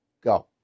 go